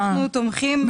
אנחנו תומכים לחלוטין.